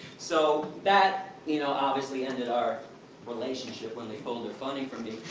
so that, you know, obviously ended our relationship, when they pulled their funding from me.